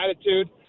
attitude